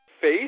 face